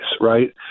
right